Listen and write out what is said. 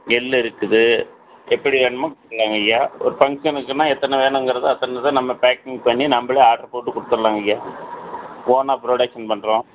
எள்ளு இருக்குது எப்படி வேணுமோ பண்ணலாங்கைய்யா ஒரு ஃபங்க்ஷனுக்குனால் எத்தனை வேணுங்கிறத அத்தனை இதை நம்ம பேக்கிங் பண்ணி நம்மளே ஆர்டர் போட்டு குடுத்துடுலாங்கய்யா ஓனாக ப்ரொடெக்சன் பண்ணுறோம்